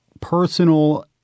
personal